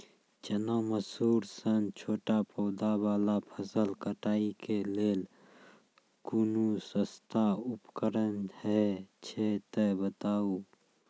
चना, मसूर सन छोट पौधा वाला फसल कटाई के लेल कूनू सस्ता उपकरण हे छै तऽ बताऊ?